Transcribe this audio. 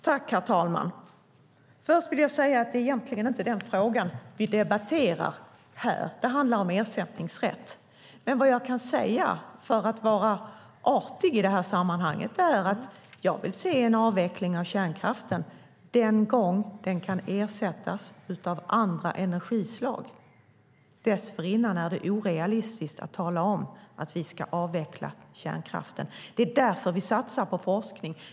Herr talman! Låt mig säga att det egentligen inte är den frågan vi debatterar utan frågan om ersättningsrätt. Jag kan dock, för att vara artig, säga att jag vill se en avveckling av kärnkraften den dagen den kan ersättas av andra energislag. Dessförinnan är det orealistiskt att tala om att vi ska avveckla kärnkraften. Det är därför vi satsar på forskning.